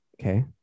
Okay